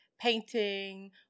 painting